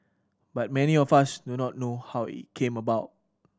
but many of us do not know how it came about